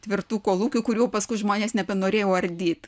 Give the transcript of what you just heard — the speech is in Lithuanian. tvirtų kolūkių kurių paskui žmonės nebenorėjo ardyt